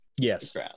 Yes